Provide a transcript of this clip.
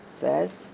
says